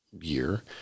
year